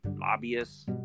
lobbyists